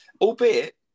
albeit